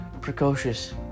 precocious